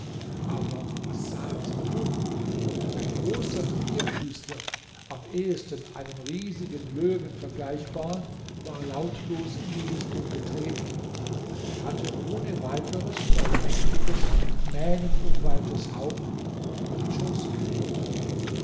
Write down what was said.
aber was sahen sie nun ein großer vierfüßler am ehesten einem riesigen löwen vergleichbar war lautlos in die lichtung getreten und hatte ohne weiteres sein mächtiges mähnenumwalltes haupt auf ihren schoß gelegt